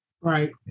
Right